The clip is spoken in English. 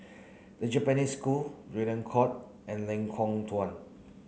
The Japanese School Draycott and Lengkong Tujuh